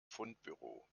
fundbüro